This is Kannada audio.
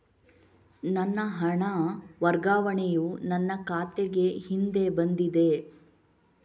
ನನ್ನ ಹಣ ವರ್ಗಾವಣೆಯು ನನ್ನ ಖಾತೆಗೆ ಹಿಂದೆ ಬಂದಿದೆ